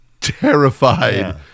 terrified